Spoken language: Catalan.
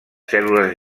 cèl·lules